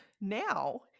now